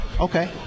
Okay